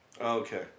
Okay